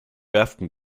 werften